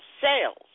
Sales